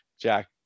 Jack